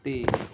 ਅਤੇ